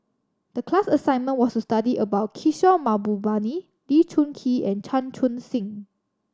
the class assignment was to study about Kishore Mahbubani Lee Choon Kee and Chan Chun Sing